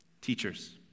teachers